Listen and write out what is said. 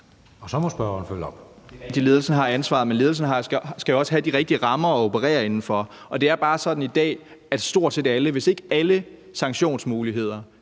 Så må spørgeren følge op.